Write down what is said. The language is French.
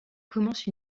commencent